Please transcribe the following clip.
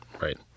Right